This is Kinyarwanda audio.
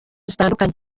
zitandukanye